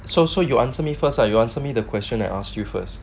so so you answer me first lah you answer me the question I asked you first